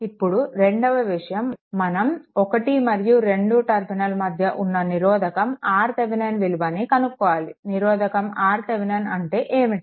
ఇప్పుడు రెండవ విషయం మనం 1 మరియు 2 టెర్మినల్ మధ్య ఉన్న నిరోధకం RThevenin విలువను కనుక్కోవాలి నిరోధకం RThevenin అంటే ఏమిటి